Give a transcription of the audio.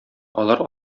алар